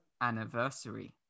anniversary